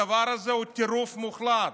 הדבר הזה הוא טירוף מוחלט,